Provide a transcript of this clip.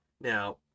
Now